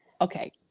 okay